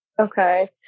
Okay